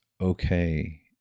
okay